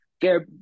get